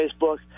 Facebook